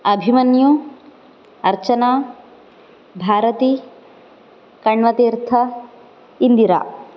अभिमन्युः Archana Bharati Kanvatirtha Indira